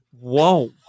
Whoa